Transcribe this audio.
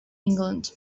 england